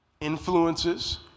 influences